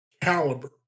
caliber